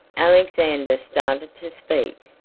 alexander started to speak,